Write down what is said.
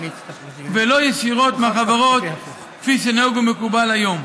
ולא ישירות מהחברות כפי שנהוג ומקובל היום.